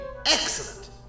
Excellent